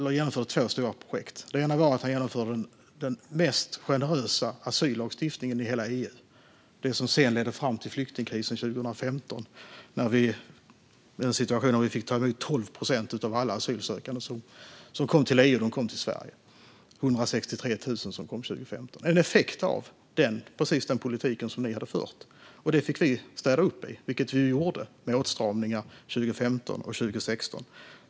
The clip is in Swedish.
Det ena var att han genomförde den mest generösa asyllagstiftningen i hela EU. Den ledde sedan fram till flyktingkrisen 2015 och en situation där Sverige fick ta emot 12 procent av alla asylsökande som kom till EU - 163 000 kom 2015. Det var en effekt av precis den politik som ni hade fört. Detta fick vi städa upp i, vilket vi gjorde med åtstramningar 2015 och 2016.